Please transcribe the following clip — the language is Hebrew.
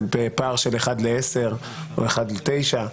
זה בפער של 1 ל-10 או 1 ל-9.